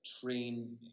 train